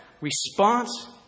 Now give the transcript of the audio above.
response